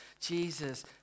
Jesus